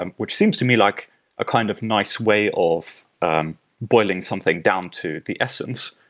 um which seems to me like a kind of nice way of um boiling something down to the essence,